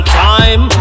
time